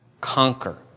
Conquer